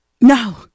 no